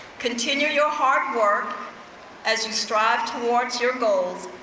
continue your hard work as you strive towards your goals.